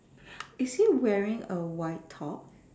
is he wearing a white top